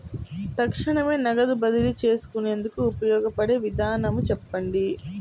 తక్షణమే నగదు బదిలీ చేసుకునేందుకు ఉపయోగపడే విధానము చెప్పండి?